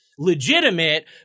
legitimate